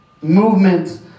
movement